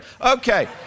Okay